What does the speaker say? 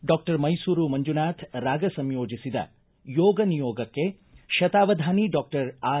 doctor Mysuru Manjunath ರಾಗ ಸಂಯೋಜಿಸಿದ ಯೋಗ ನಿಯೋಗಕೈ ಶತಾವಧಾನಿ ಡಾಕ್ಟರ್ ಆರ್